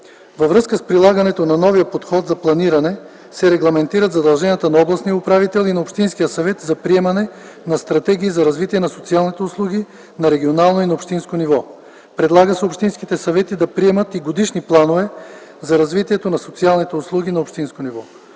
Във връзка с прилагането на новия подход за планиране се регламентират задълженията на областния управител и на общинския съвет за приемане на стратегии за развитието на социалните услуги на регионално и на общинско ниво. Предлага се общинските съвети да приемат и годишни планове за развитието на социалните услуги на общинско ниво.